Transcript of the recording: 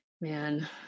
Man